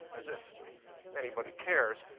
as if anybody cares.